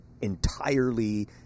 entirely